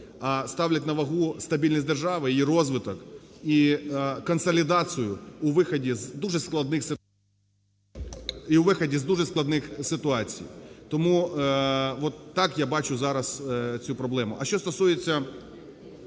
а ставлять на вагу стабільність держави, її розвиток і консолідацію у виході… і у виході з дуже складних ситуацій. Тому от так я бачу зараз цю проблему. А що стосується